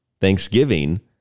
Thanksgiving